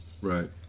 Right